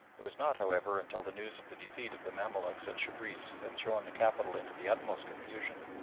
it was not, however, until the news of the defeat of the mamaluks at shebriss had thrown the capital into the utmost confusion,